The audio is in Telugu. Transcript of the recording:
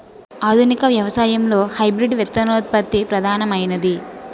ఆధునిక వ్యవసాయంలో హైబ్రిడ్ విత్తనోత్పత్తి ప్రధానమైనది